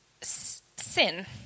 Sin